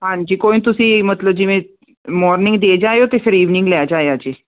ਹਾਂਜੀ ਕੋਈ ਤੁਸੀਂ ਮਤਲਬ ਜਿਵੇਂ ਮੋਰਨਿੰਗ ਦੇ ਜਾਇਓ ਤੇ ਈਵਨਿੰਗ ਲੈ ਜਾਇਓ ਜੀ